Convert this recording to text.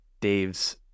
Dave's